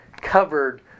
covered